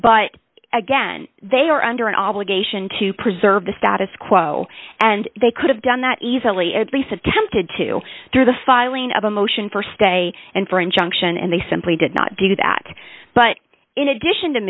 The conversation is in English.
but again they are under an obligation to preserve the status quo and they could have done that easily at least attempted to through the filing of a motion for stay and for injunction and they simply did not do that but in addition to